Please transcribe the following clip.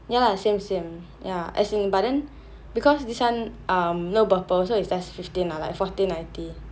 ya lah same same ya as in but then because this one um no burpple so it's just fifteen like fourteen ninety